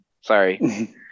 sorry